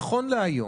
תודה.